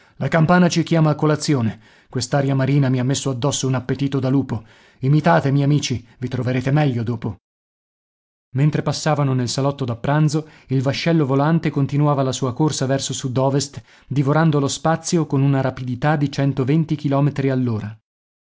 la campana ci chiama a colazione quest'aria marina mi ha messo addosso un appetito da lupo imitatemi amici vi troverete meglio dopo mentre passavano nel salotto da pranzo il vascello volante continuava la sua corsa verso sudovest divorando lo spazio con una rapidità di centoventi chilometri